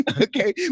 Okay